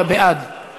50 מתנגדים, 42 תומכים.